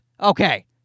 Okay